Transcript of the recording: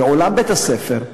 בעולם בית-הספר,